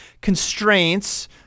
constraints